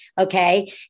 okay